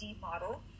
model